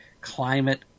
climate